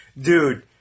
dude